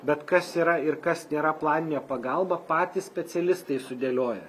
bet kas yra ir kas nėra planinė pagalba patys specialistai sudėlioja